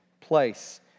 place